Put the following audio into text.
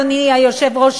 אדוני היושב-ראש,